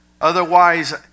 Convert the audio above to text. Otherwise